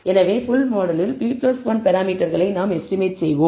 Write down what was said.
எனவே ஃபுல் மாடலில் p 1 பராமீட்டர்களை நாம் எஸ்டிமேட் செய்கிறோம்